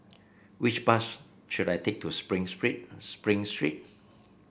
which bus should I take to Spring Spring Street